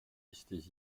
listées